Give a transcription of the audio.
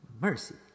mercy